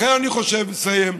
לכן אני חושב, אני מסיים,